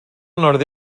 nord